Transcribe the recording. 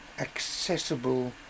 accessible